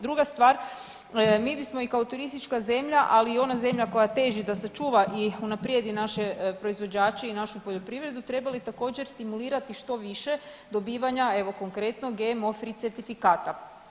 Druga stvar, mi bismo i kao turistička zemlja, ali i ona zemlja koja teži da sačuva i unaprijedi naše proizvođače i našu poljoprivredu trebali također, stimulirati što više dobivanja, evo, konkretno, GMO free certifikata.